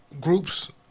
groups